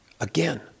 Again